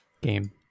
game